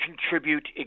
contribute